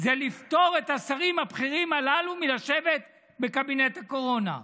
לפטור את השרים הבכירים הללו מלשבת בקבינט הקורונה?